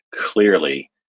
clearly